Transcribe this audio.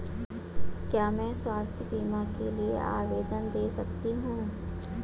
क्या मैं स्वास्थ्य बीमा के लिए आवेदन दे सकती हूँ?